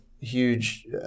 huge